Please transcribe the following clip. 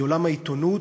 מעולם העיתונות,